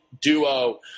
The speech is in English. duo